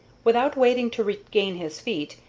without waiting to regain his feet,